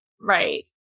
right